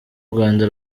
rwanda